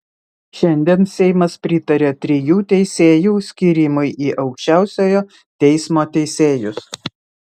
šiandien seimas pritarė trijų teisėjų skyrimui į aukščiausiojo teismo teisėjus